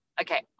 okay